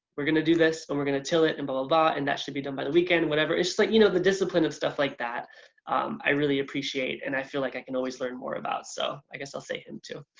we're going to do this and we're going to till it and blah blah blah, and that should be done by the weekend, whatever. it's just like you know the discipline of stuff like that i really appreciate, and i feel like i can always learn more about, so i guess i'll say him too.